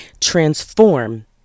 transform